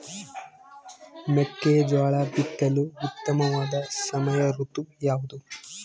ಮೆಕ್ಕೆಜೋಳ ಬಿತ್ತಲು ಉತ್ತಮವಾದ ಸಮಯ ಋತು ಯಾವುದು?